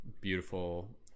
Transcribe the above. Beautiful